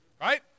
right